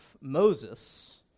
Moses